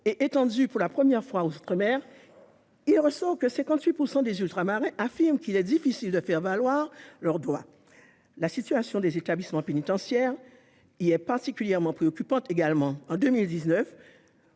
et étendue, pour la première fois, aux outre-mer que 58 % des Ultramarins affirment qu'il est difficile de faire valoir ses droits. La situation des établissements pénitentiaires y est particulièrement préoccupante. En 2019,